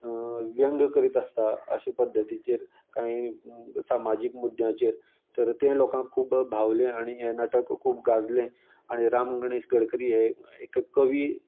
व्यंग करीत आसता अशे पध्दतीचेर कांयी समाजीक मुद्द्यांचेर तर तें लोकांक खूब भावलें आनी तें नाटक खूब गाजलें आनी राम गणेश गडकरी हे एक कवी